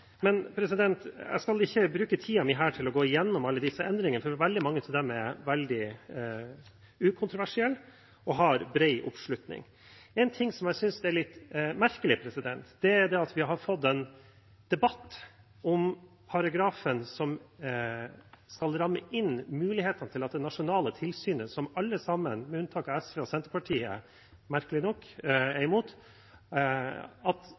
å gå igjennom alle disse endringene, for veldig mange av dem er veldig ukontroversielle og har bred oppslutning. Men én ting som jeg synes er litt merkelig, er at vi har fått en debatt om paragrafen som skal ramme inn muligheten for at det nasjonale tilsynet kan gjøre en god jobb. Vi skal rett og slett endre loven sånn at tilsynet kan gjøre en god jobb. Og det er alle sammen enige om, med unntak av SV og merkelig nok